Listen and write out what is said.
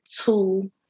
two